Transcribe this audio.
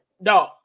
No